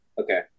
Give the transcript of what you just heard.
okay